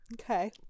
okay